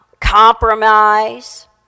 compromise